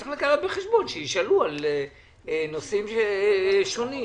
צריך לקחת בחשבון שישאלו על נושאים שונים.